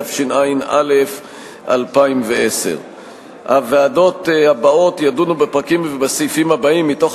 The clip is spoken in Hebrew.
התשע"א 2010. הוועדות הבאות ידונו בפרקים ובסעיפים הבאים מתוך